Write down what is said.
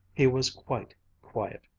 he was quite quiet,